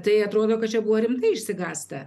tai atrodo kad čia buvo rimtai išsigąsta